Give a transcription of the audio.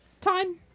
Time